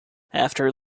after